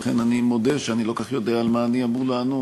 ולכן אני מודה שאני לא כל כך יודע על מה אני אמור לענות.